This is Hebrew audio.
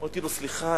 אמרתי לו: סליחה,